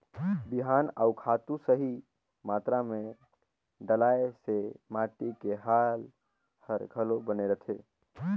बिहान अउ खातू सही मातरा मे डलाए से माटी के हाल हर घलो बने रहथे